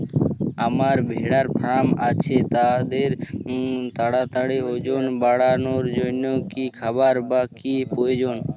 আমার ভেড়ার ফার্ম আছে তাদের তাড়াতাড়ি ওজন বাড়ানোর জন্য কী খাবার বা কী প্রয়োজন?